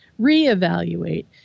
Reevaluate